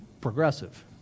progressive